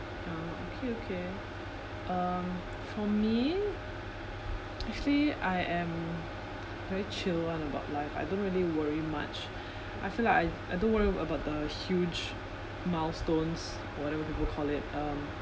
ah okay okay um for me actually I am very chill [one] about life I don't really worry much I feel like I I don't worry about the huge milestones whatever people call it um